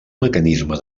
mecanisme